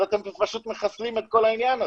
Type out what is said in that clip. אז אתם פשוט מחסלים את כל העניין הזה.